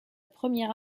première